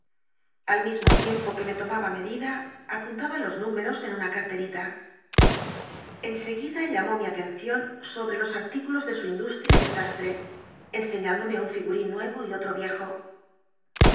al mismo tiempo que me lomaba medida apuntaba los minreros en una carlcrila enseguida llamó mi atencion sobre los artícu los e le u indus tl'ia de sastre cnscíi indome un figurín nuevo y otro icjo